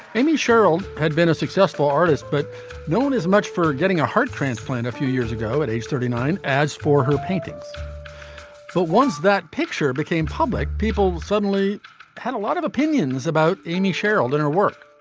amy sheryl had been a successful artist but known as much for getting a heart transplant a few years ago at age thirty nine. as for her paintings but once that picture became public people suddenly had a lot of opinions about amy sheryl and her work.